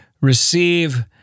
receive